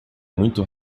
muito